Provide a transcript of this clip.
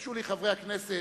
תרשו לי, חברי הכנסת,